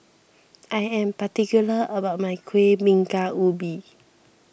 I am particular about my Kuih Bingka Ubi